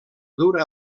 dura